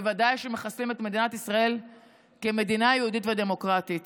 ובוודאי שמחסלים את מדינת ישראל כמדינה יהודית ודמוקרטית.